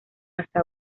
hasta